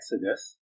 Exodus